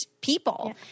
people